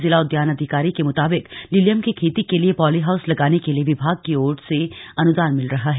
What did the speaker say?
जिला उद्यान अधिकारी के मुताबिक लिलियम की खेती के लिए पॉलीहाउस लगाने के लिए विभाग की और से अनुदान मिल रहा है